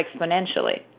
exponentially